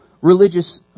religious